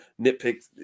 nitpick